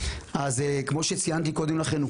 כמו שציינתי קודם לכן,